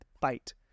fight